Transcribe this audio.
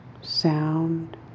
sound